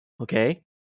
okay